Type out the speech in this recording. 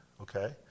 okay